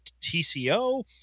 TCO